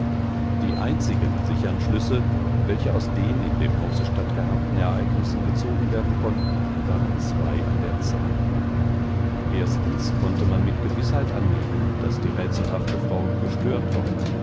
die einzigen sichern schlüsse welche aus den in dem hause stattgehabten ereignissengezogenwerdenkonnten warenzweianderzahl erstens konnte man mit gewißheit annehmen daß die rätselhafte frau gestört worden